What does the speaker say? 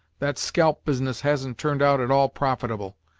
that scalp business hasn't turned out at all profitable,